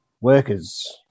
workers